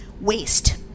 waste